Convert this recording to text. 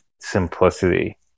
simplicity